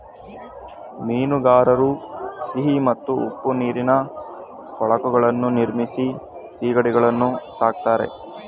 ಮೀನುಗಾರರು ಸಿಹಿ ಮತ್ತು ಉಪ್ಪು ನೀರಿನ ಕೊಳಗಳನ್ನು ನಿರ್ಮಿಸಿ ಸಿಗಡಿಗಳನ್ನು ಸಾಕ್ತರೆ